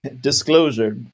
Disclosure